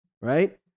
right